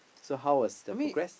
so how was the progress